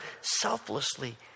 selflessly